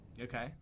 okay